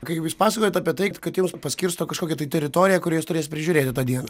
kai jūs pasakojot apie tai kad jums paskirsto kažkokią teritoriją kurią jūs turėsite prižiūrėti tą dieną